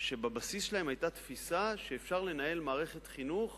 בבסיס שלהם היתה תפיסה שאפשר לנהל מערכת חינוך